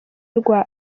rwa